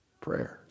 Prayer